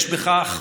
יש בכך,